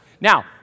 Now